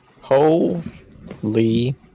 Holy